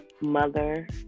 mother